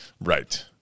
right